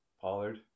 Pollard